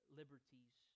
liberties